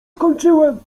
skończyłem